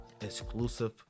exclusive